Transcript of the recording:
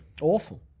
awful